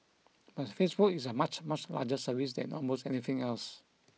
but Facebook is a much much larger service than almost anything else